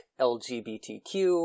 LGBTQ